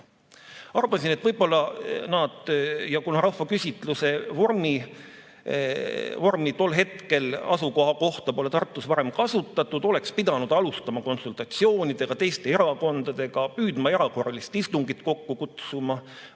Arvasin, et kuna rahvaküsitluse vormi tol hetkel asukoha kohta polnud Tartus varem kasutatud, oleks pidanud alustama konsultatsioonidega teiste erakondadega, püüdma erakorralist istungit kokku kutsuda, valmistama